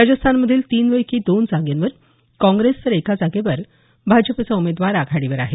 राजस्थानमधील तीनपैकी दोन जागेवर काँग्रेस तर एका जागेवर भाजपचा उमेदवार आघाडीवर आहे